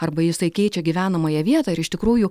arba jisai keičia gyvenamąją vietą ir iš tikrųjų